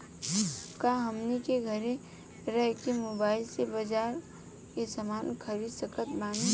का हमनी के घेरे रह के मोब्बाइल से बाजार के समान खरीद सकत बनी?